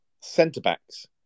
centre-backs